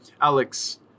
Alex